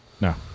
No